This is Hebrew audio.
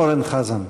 חבר הכנסת אורן חזן.